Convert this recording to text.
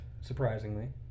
surprisingly